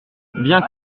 bien